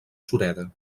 sureda